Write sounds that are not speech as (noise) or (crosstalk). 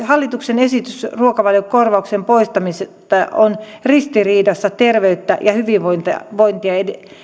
(unintelligible) hallituksen esitys ruokavaliokorvauksen poistamisesta on ristiriidassa terveyttä ja hyvinvointia hyvinvointia